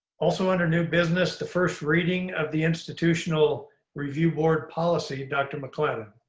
also under new business, the first reading of the institutional review board policy dr. maclennan?